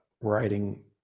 writing